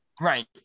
Right